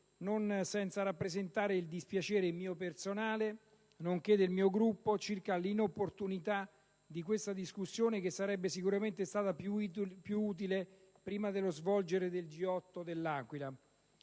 non senza rappresentare il dispiacere mio personale, nonché del mio Gruppo, circa l'inopportunità di questa discussione che sarebbe stata sicuramente più utile prima dello svolgersi del G8 de L'Aquila.